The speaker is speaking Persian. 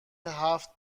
هفتم